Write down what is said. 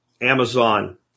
Amazon